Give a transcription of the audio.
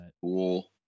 cool